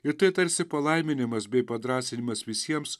ir tai tarsi palaiminimas bei padrąsinimas visiems